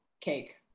cake